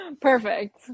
Perfect